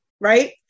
right